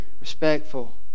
respectful